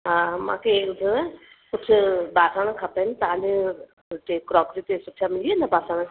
हा मूंखे एन कुझु बासण खपनि तव्हांजे हुते क्रॉकरी ते सुठा मिली वेंदा बासण